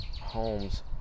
homes